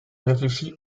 réfléchit